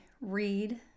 read